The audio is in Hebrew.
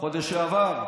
בחודש שעבר.